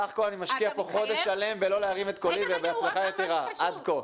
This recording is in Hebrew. בסך הכל אני משקיע פה חודש שלם בלא להרים את קולי ובהצלחה יתרה עד כה.